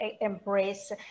embrace